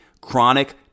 chronic